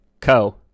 Co